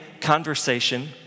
conversation